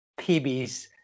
PBs